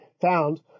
found